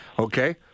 Okay